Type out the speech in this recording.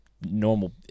normal